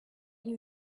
you